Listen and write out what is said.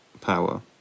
power